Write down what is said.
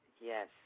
Yes